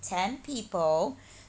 ten people